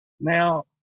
Now